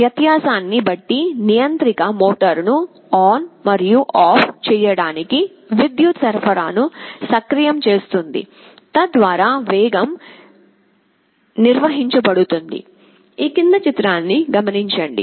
వ్యత్యాసాన్ని బట్టి నియంత్రిక మోటారును ఆన్ మరియు ఆఫ్ చేయడానికి విద్యుత్ సరఫరాను సక్రియం చేస్తుంది తద్వారా వేగం నిర్వహించబడుతుంది